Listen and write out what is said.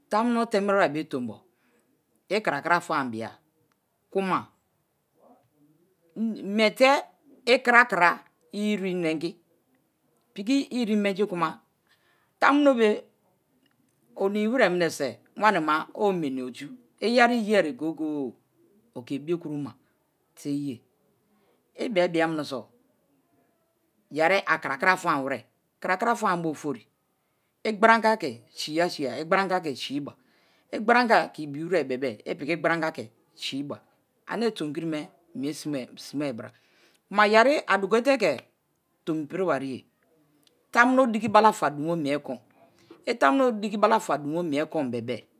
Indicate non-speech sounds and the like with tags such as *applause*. Tamu̱no̱ te̱me̱ wire̱ be̱ tombo ikraka fama biya, kuma *noise* miete̱ ikraka ire inengi, piki ire̱ mengi kuma tamu̱no be̱ onimi we̱re̱ mine̱ se̱ wani ma owu meni oju. Iyeri ye̱ ayi goyegogo-o o̱kebiokroma te̱ ye̱. Ibe̱-e̱ bia mineso, yeri akra kra fama we̱re̱. Krakra famabo ofori i gbori anga ke̱ siya siya i gbori anga ke̱ siba igbori anga ke̱ ibiwere be̱be̱-e̱ ipiki gbor anga ke̱ si-iba. Ane̱ tomikir me̱ ke̱ mie̱ sime̱ sime̱ bara. Ma yeri adugote̱ke̱ tomipiriba riye tamunobe̱ diki fama dumo mie ko̱n. I tamuno̱be̱ diki bala fa dumo mie ko̱n ibe̱be̱-e̱.